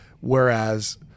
whereas